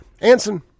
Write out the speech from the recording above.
anson